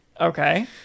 Okay